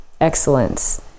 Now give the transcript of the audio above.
excellence